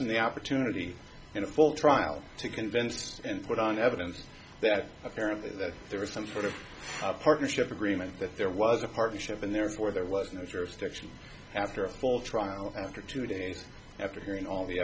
swenson the opportunity in a full trial to convince and put on evidence that apparently that there was some sort of partnership agreement that there was a partnership and therefore there was no jurisdiction after a full trial after two days after hearing all the